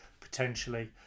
potentially